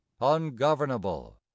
ungovernable